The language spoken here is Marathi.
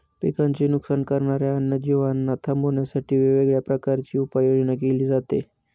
पिकांचे नुकसान करणाऱ्या अन्य जीवांना थांबवण्यासाठी वेगवेगळ्या प्रकारची उपाययोजना केली जाते